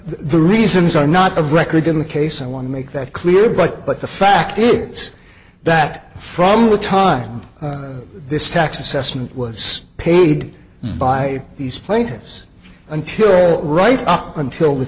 the reasons are not of record in the case i want to make that clear but but the fact is that from the time this tax assessment was paid by these plaintiffs until right up until the